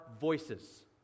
voices